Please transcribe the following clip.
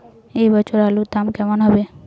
এ বছর আলুর দাম কেমন হবে?